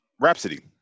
Rhapsody